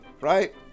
Right